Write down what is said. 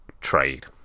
trade